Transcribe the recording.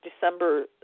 December